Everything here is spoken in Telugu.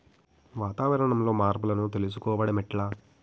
వాతావరణంలో మార్పులను తెలుసుకోవడం ఎట్ల?